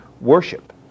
worship